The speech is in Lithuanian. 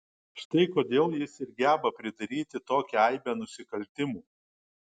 štai kodėl jis ir geba pridaryti tokią aibę nusikaltimų